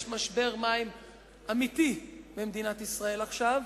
יש משבר מים אמיתי במדינת ישראל עכשיו,